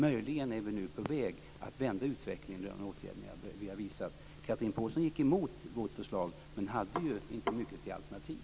Möjligen är vi nu på väg att vända utvecklingen genom de åtgärder som vi vidtar. Chatrine Pålsson gick emot vårt förslag men hade inte mycket till alternativ.